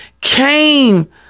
came